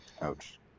Ouch